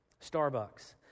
Starbucks